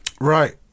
Right